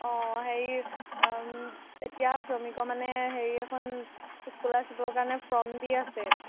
অঁ হেৰি এতিয়া শ্ৰমিকৰ মানে হেৰি এখন স্কলাৰশ্বীপৰ কাৰণে ফৰ্ম দি আছে